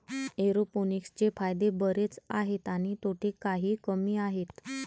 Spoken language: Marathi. एरोपोनिक्सचे फायदे बरेच आहेत आणि तोटे काही कमी आहेत